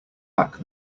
back